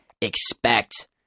expect